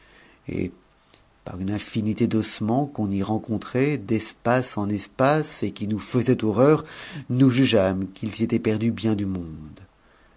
et par une infinité d'ossements qu'on y rencontrait d'espace en espace et qui nous faisaient horreur nous jugeâmes s'y était perdu bien du monde